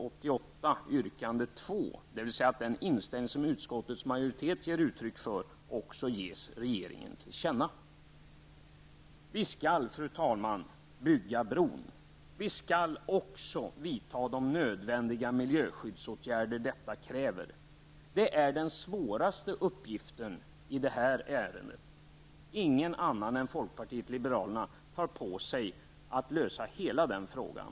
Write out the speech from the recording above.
Det handlar då om att den inställning som utskottets majoritet ger uttryck för skall ges regeringen till känna. Vi skall, fru talman, bygga bron. Vi skall också vidta de miljöskyddsåtgärder som detta kräver. Det är den svåraste uppgiften i det här ärendet. Det är bara vi i folkpartiet liberalerna som tar på oss att lösa hela den frågan.